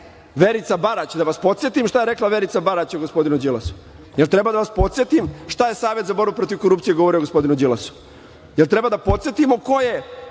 Srbije. Verica Barać, da vas podsetim šta je rekla Verica Barać o gospodinu Đilasu? Jel treba da vas podsetim šta je Savet za borbu protiv korupcije govorio o gospodinu Đilasu? Da li treba da podsetimo koga